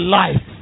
life